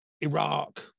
Iraq